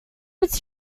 its